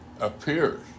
appears